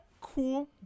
cool